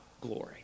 glory